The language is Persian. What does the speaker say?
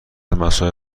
مسائل